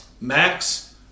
Max